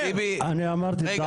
משניכם אני מבקש לשמור על השיח.